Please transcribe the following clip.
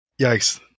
Yikes